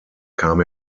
kam